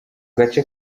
gace